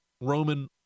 Roman